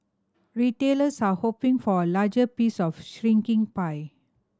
retailers are hoping for a larger piece of a shrinking pie